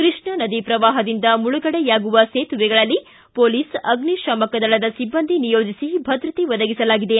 ಕೃಷ್ಣಾ ನದಿ ಪ್ರವಾಹದಿಂದ ಮುಳುಗಡೆಯಾಗುವ ಸೇತುವೆಗಳಲ್ಲಿ ಪೊಲೀಸ್ ಅಗ್ನಿತಾಮಕ ದಳದ ಸಿಬ್ಲಂದಿ ನಿಯೋಜಿಸಿ ಭದ್ರತೆ ಒದಗಿಸಲಾಗಿದೆ